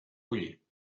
collir